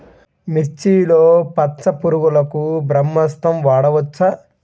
మిర్చిలో పచ్చ పురుగునకు బ్రహ్మాస్త్రం వాడవచ్చా?